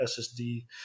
SSD